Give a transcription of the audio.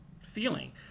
feeling